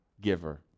giver